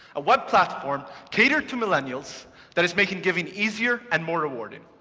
a web platform catered to millennials that is making giving easier and more rewarding.